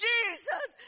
Jesus